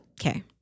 Okay